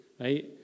right